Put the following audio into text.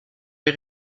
les